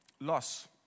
loss